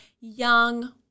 young